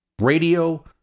Radio